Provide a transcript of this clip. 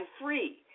free